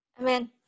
Amen